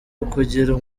ukugira